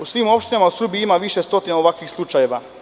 U svim opštinama u Srbiji ima više stotina ovakvih slučajeva.